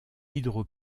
hydro